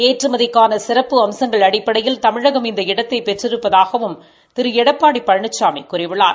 ஏற்றுமதிக்கான சிறப்பு அம்சுங்கள் அடிப்படையில் தமிழகம் இந்த இடத்தை பெற்றிருப்பதாகவும் திரு எடப்பாடி பழனிசாமி கூறியுள்ளார்